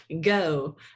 go